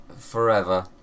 Forever